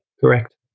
correct